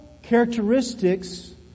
Characteristics